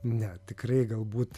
ne tikrai galbūt